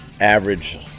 average